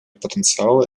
потенциала